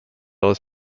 aus